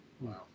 Wow